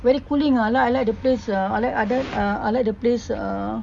very cooling ah I like I like the place ah I like I like the place uh